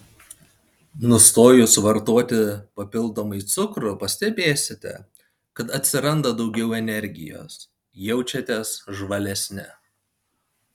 nustojus vartoti papildomai cukrų pastebėsite kad atsiranda daugiau energijos jaučiatės žvalesni